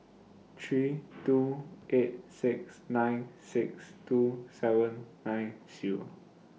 three two eight six nine six two seven nine Zero